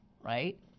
right